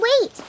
wait